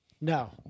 No